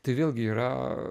tai vėlgi yra